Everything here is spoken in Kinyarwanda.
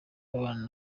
abana